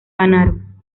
ganaron